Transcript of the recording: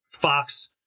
Fox